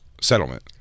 settlement